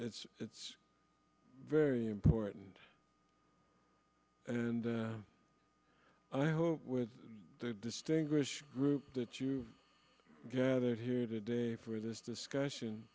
it's it's very important and i hope with the distinguished group that you've gathered here today for this discussion